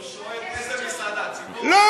הוא שואל איזו מסעדה, "ציפורי" בראשון-לציון?